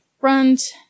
front